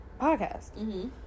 podcast